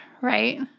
right